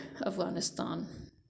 Afghanistan